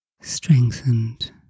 strengthened